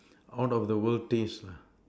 out of the world taste lah